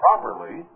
properly